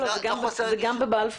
זה גם בבלפור.